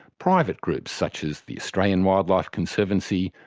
private groups such as the australian wildlife conservancy,